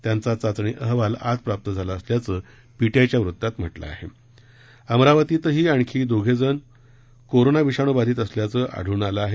त्यांचा चाचणी अहवाल आज प्राप्त झाला असल्याचं पीटीआयच्या वृत्तात म्हटलं आहे अमरावतीतही आणखी दोघे जण कोरोना विषाणू बाधित असल्याचं आढळून आलं आहे